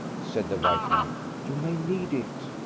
said the white knight. you may need it.